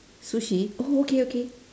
sushi oh okay okay